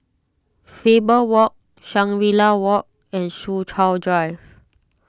Faber Walk Shangri La Walk and Soo Chow Drive